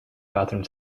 bathroom